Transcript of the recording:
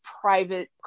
private